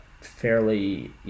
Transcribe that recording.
fairly